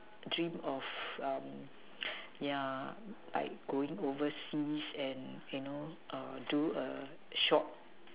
dreamed of um yeah like going overseas and you know do a short